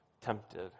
tempted